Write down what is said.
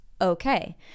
okay